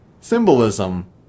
symbolism